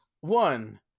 one